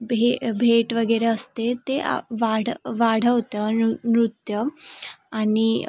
भे भेट वगैरे असते ते वाढ वाढवतं नृ नृत्य आणि